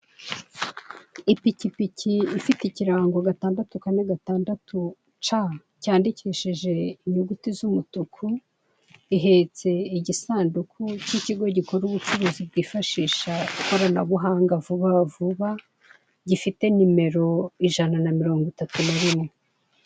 Ipikipiki ifite ikirango gatandatu kane gatandatu ca cyandikishije inyuguti z'umutuku, ihetse igisanduku k'ikigo gikora ubucuruzi bwifashisha ikoranabuhanga Vubavuba gifite nimero ijana na mirongo itatu na rimwe.